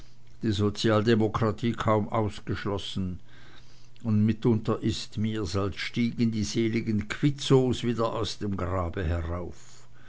die sozialdemokratie kaum ausgeschlossen und mitunter ist mir's als stiegen die seligen quitzows wieder aus dem grabe herauf